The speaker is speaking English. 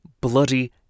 bloody